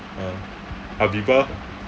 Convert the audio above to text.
uh aviva